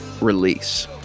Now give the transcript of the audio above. release